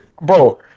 bro